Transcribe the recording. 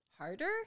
harder